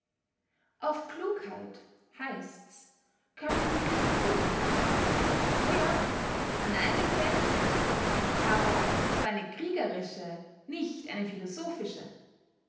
auf klugheit heißts kömmt im kriege vieles an o ja an einem feldherren aber auf eine kriegerische nicht eine philosophische